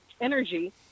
energy